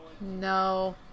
No